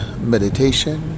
meditation